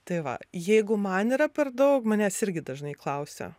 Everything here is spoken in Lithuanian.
tai va jeigu man yra per daug manęs irgi dažnai klausia